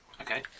Okay